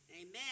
Amen